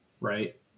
right